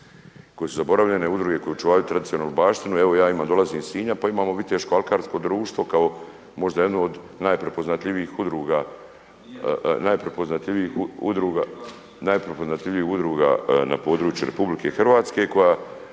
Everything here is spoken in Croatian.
koje su zaboravljene, koje čuvaju tradicionalnu baštinu. Ja dolazim iz Sinja pa imamo Viteško-alkarsko društvo kao možda jedno od najprepoznatljivijih udruga na području RH koja